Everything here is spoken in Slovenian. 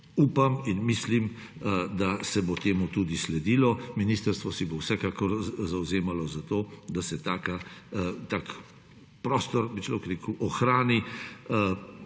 Upam in mislim, da se bo temu tudi sledilo. Ministrstvo se bo vsekakor zavzemalo za to, da se tak prostor, bi človek rekel, ohrani,